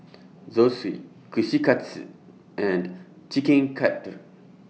Zosui Kushikatsu and Chicken Cutlet